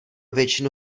většinu